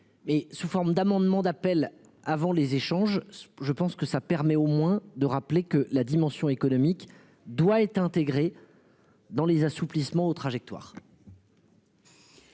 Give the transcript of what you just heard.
sous forme d'amendement d'appel avant les échanges. Je pense que ça permet au moins de rappeler que la dimension économique doit être intégrée. Dans les assouplissements aux trajectoires.